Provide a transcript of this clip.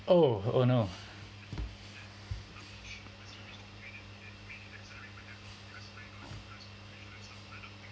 oh oh no